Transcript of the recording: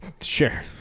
Sure